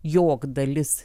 jog dalis